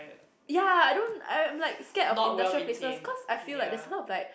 ya I don't I'm like scared of industrial places cause I feel like there's a lot of like